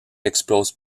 explosent